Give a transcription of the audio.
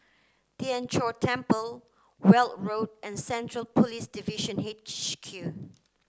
Tien Chor Temple Weld Road and Central Police Division H Q